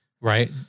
Right